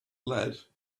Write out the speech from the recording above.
lead